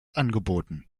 angeboten